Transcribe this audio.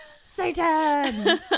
Satan